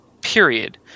period